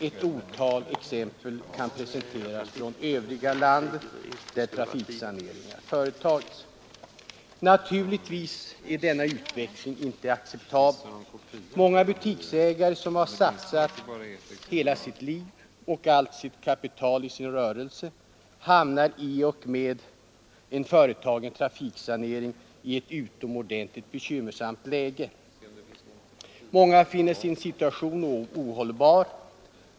Ett otal exempel kan anföras från övriga tätorter i landet, där trafiksaneringar har företagits. Denna utveckling är givetvis inte acceptabel. Många butiksägare som har satsat hela sitt liv och hela sitt kapital i sin rörelse hamnar vid en företagen trafiksanering i ett utomordentligt bekymmersamt läge. Många finner sin situation ohållbar.